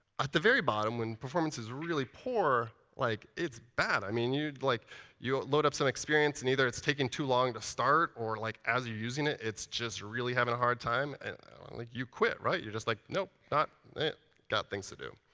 at the very bottom, when performance is really poor, like it's bad. i mean, you like you load up some experience and either it's taking too long to start, or like as you're using it, it's just really having a hard time. and like you quit, right? you're just like, nope. got things to do.